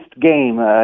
game